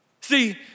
See